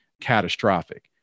catastrophic